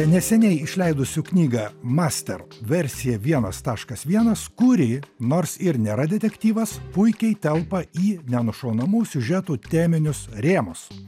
neseniai išleidusiu knygą master versija vienas taškas vienas kuri nors ir nėra detektyvas puikiai telpa į nenušaunamų siužetų teminius rėmus